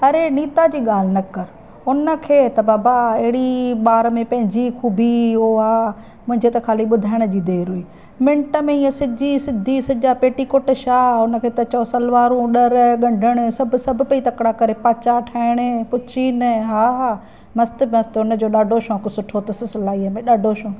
अरे नीता जी ॻाल्हि न कर हुन खे त बाबा अहिड़ी ॿार में पंहिंजी ख़ूबी उहो आहे मुंहिंजी त ख़ाली ॿुधाइण जी देरि हुई मिंट में ईअं सिधी सिधी सॼा पेटीकोट छा हुन खे त चओ सलवारूं ॾर ॻंढण सब सब पेई तकिड़ा करे पांचा ठाहिणे पुछ न हा हा मस्तु मस्तु हुन जो ॾाॾो शौक़ु सुठो अथसि सिलाई में ॾाढो शौक़ु